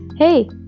Hey